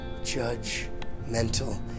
judgmental